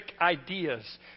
ideas